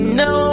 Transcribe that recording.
no